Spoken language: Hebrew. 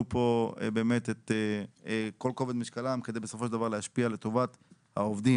פה באמת את כל כובד משקלם כדי בסופו של דבר להשפיע לטובת העובדים.